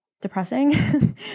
depressing